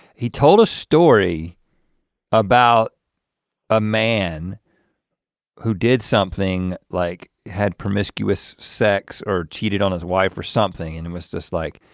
he told a story about a man who did something, like had promiscuous sex or cheated on his wife or something. and it was just like,